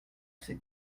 c’est